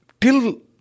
Till